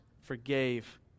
forgave